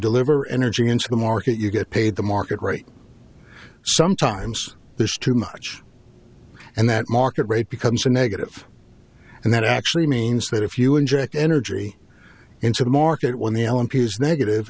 deliver energy into the market you get paid the market right sometimes there's too much and that market rate becomes a negative and that actually means that if you inject energy into the market when the alan piece negative